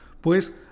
Pues